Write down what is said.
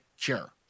cure